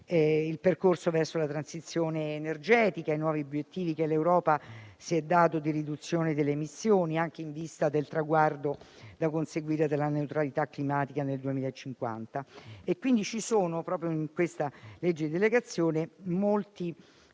il percorso verso la transizione energetica, i nuovi obiettivi che l'Europa si è data di riduzione delle emissioni, anche in vista del traguardo della neutralità climatica da conseguire nel 2050. Ci sono quindi in questo testo di delegazione molti